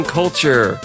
culture